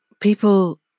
people